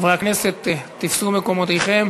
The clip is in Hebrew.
חברי הכנסת, תפסו מקומותיכם.